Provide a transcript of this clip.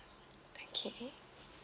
okay